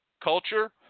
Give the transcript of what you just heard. culture